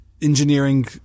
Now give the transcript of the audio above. engineering